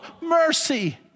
mercy